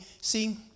see